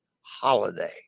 holiday